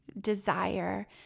desire